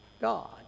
God